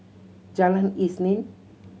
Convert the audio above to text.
Jalan Isnin